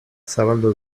zabaldu